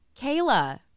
Kayla